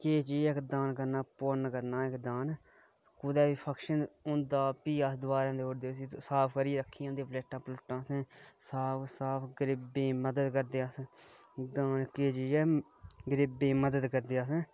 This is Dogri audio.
किश चीज दान करना पुन्न करना दान कुदै बी फंक्शन होंदा फ्ही अस दोबारा लोड़दा प्लेटां साफ करियै गरीबें दी मदद करदे अस